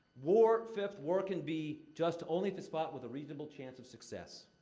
war fifth war can be just only if it's fought with a reasonable chance of success.